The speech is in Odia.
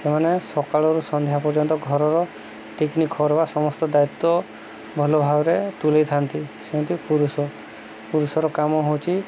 ସେମାନେ ସକାଳରୁ ସନ୍ଧ୍ୟା ପର୍ଯ୍ୟନ୍ତ ଘରର ଟିକନିକ ଖବର ସମସ୍ତ ଦାୟିତ୍ୱ ଭଲ ଭାବରେ ତୁଲେଇଥାନ୍ତି ସେମିତି ପୁରୁଷ ପୁରୁଷର କାମ ହଉଛି